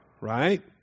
right